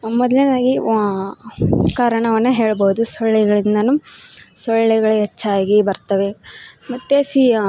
ಮೊದಲನೇದಾಗಿ ವಾ ಕಾರಣವನ್ನ ಹೇಳ್ಬೋದು ಸೊಳ್ಳೆಗಳಿಂದಾನು ಸೊಳ್ಳೆಗಳು ಹೆಚ್ಚಾಗಿ ಬರ್ತವೆ ಮತ್ತು ಸಿ